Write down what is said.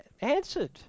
answered